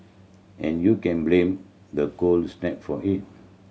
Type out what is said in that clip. and you can blame the cold snap for it